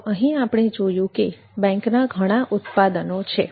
તો અહીં આપણે જોયું કે બેંકના ઘણા ઉત્પાદનો છે